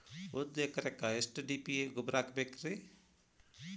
ಒಂದು ಎಕರೆಕ್ಕ ಎಷ್ಟ ಡಿ.ಎ.ಪಿ ಗೊಬ್ಬರ ಹಾಕಬೇಕ್ರಿ?